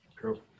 True